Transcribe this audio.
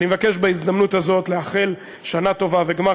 אני מבקש בהזדמנות הזאת לאחל שנה טובה וגמר